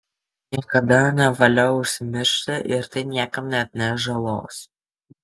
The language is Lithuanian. niekada nevalia užsimiršti ir tai niekam neatneš žalos